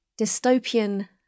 dystopian